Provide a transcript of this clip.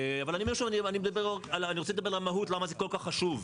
אבל אני רוצה לדבר על המהות למה זה כל כך חשוב.